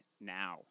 now